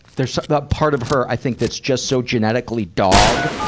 there's the part of her, i think, that's just so genetically dog,